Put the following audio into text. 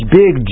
big